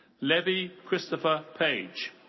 levi christopher page.